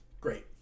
great